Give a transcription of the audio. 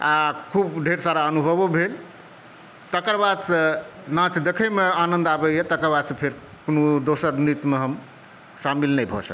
आ खूब ढेर सारा अनुभवो भेल तकर बादसँ नाच देखैमे आनन्द आबैए तकर बादसँ फेर कोनो दोसर नृत्यमे हम शामिल नहि भऽ सकलहुँ